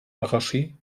negoci